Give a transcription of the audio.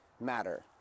matter